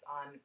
on